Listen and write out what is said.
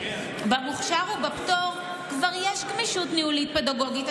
במוכשר ובפטור כבר יש גמישות ניהולית פדגוגית.